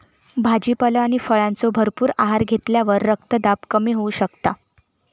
भाजीपालो आणि फळांचो भरपूर आहार घेतल्यावर रक्तदाब कमी होऊ शकता